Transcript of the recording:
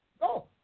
Go